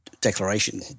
declaration